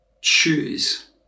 choose